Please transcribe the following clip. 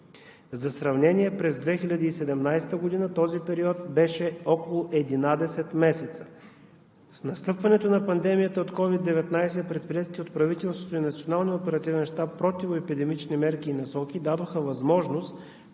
За сравнение – през 2017 г. този период беше около 11 месеца. С настъпването на пандемията от COVID-19 предприетите от правителството и Националния оперативен щаб противоепидемични мерки и насоки дадоха възможност